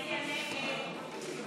אין לי רוב.